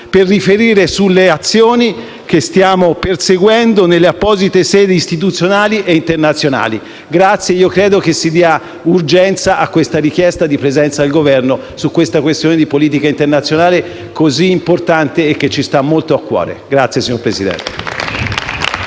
per riferire sulle azioni che stiamo perseguendo nelle apposite sedi istituzionali e internazionali. Chiedo che si dia urgenza alla richiesta di presenza del Governo su questa questione di politica internazionale così importante e che ci sta molto a cuore. (Applausi dai Gruppi PD e